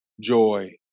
joy